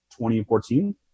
2014